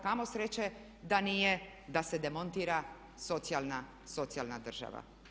Kamo sreće da nije, da se demontira socijalna država.